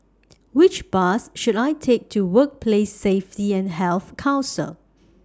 Which Bus should I Take to Workplace Safety and Health Council